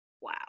Wow